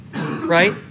right